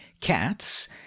cats